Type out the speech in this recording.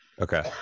Okay